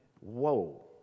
Whoa